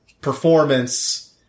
performance